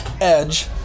Edge